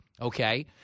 Okay